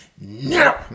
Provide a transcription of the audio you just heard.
no